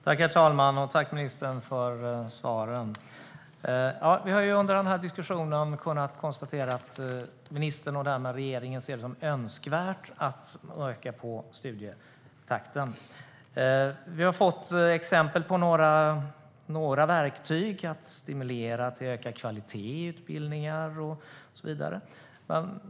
Herr talman! Jag tackar ministern för svaren. Vi har under denna diskussion kunnat konstatera att ministern och regeringen ser det som önskvärt att öka studietakten. Vi har fått exempel på några verktyg för att stimulera till ökad kvalitet i utbildningar och så vidare.